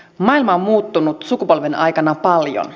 maailma on muuttunut sukupolven aikana paljon